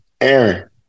Aaron